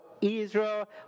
Israel